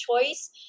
choice